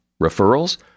Referrals